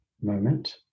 moment